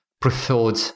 preferred